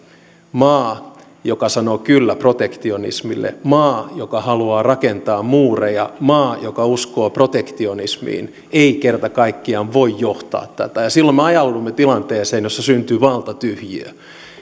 maa joka sanoo kyllä protektionismille maa joka haluaa rakentaa muureja maa joka uskoo protektionismiin ei kerta kaikkiaan voi johtaa tätä silloin me ajaudumme tilanteeseen jossa syntyy valtatyhjiö